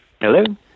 Hello